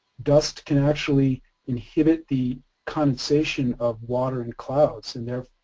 dust can actually inhibit the condensation of water in clouds and there,